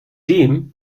dem